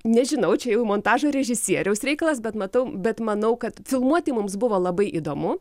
nežinau čia jau montažo režisieriaus reikalas bet matau bet manau kad filmuoti mums buvo labai įdomu